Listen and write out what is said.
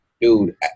dude